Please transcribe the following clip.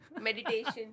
Meditation